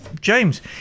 james